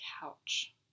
couch